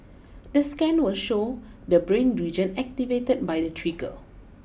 the scan will show the brain region activated by the trigger